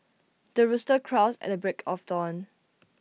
the rooster crows at the break of dawn